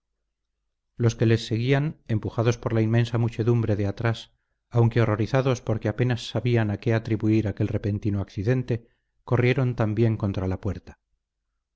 los que les seguían empujados por la inmensa muchedumbre de atrás aunque horrorizados porque apenas sabían a qué atribuir aquel repentino accidente corrieron también contra la puerta